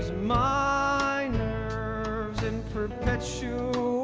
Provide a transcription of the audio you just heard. my nerves in perpetual